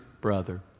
brother